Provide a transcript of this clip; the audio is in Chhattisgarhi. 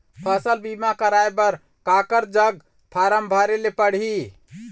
फसल बीमा कराए बर काकर जग फारम भरेले पड़ही?